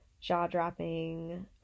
jaw-dropping